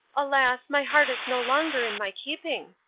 alas, my heart is no longer in my keeping.